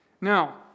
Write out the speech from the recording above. Now